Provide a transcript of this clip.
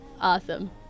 Awesome